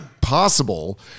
possible